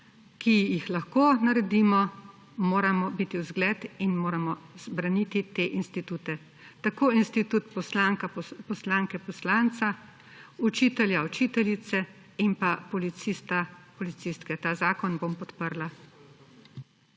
ki jih lahko naredimo, moramo biti vzgled in moramo braniti te institute, tako institut poslanke, poslanca, učitelja, učiteljice in pa policista, policistke. Ta zakon bom podprla.